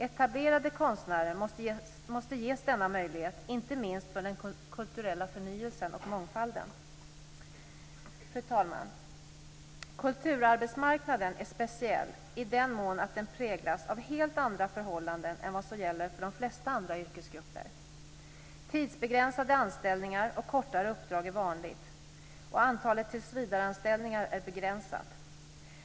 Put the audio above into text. Etablerade konstnärer måste ges denna möjlighet inte minst för den kulturella förnyelsen och mångfalden. Fru talman! Kulturarbetsmarknaden är speciell i den mån att den präglas av helt andra förhållanden än vad som gäller för de flesta andra yrkesgrupper. Tidsbegränsade anställningar och kortare uppdrag är vanliga. Antalet tillsvidareanställningar är begränsat.